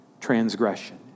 transgression